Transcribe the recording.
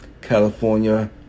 California